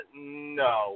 no